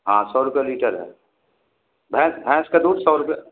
हाँ सौ रुपया लीटर है भैंस भैंस का दूध सौ रुपया